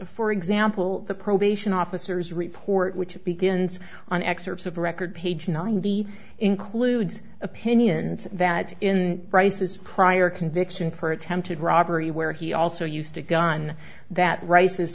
for example the probation officers report which begins on excerpts of the record page ninety includes opinions that in rice's prior conviction for attempted robbery where he also used a gun that rice